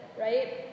right